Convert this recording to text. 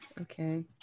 Okay